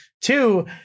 two